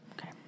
Okay